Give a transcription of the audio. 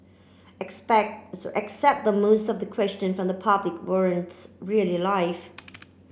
expect except that most of the question from the public weren't really live